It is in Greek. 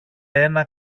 ένα